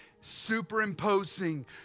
superimposing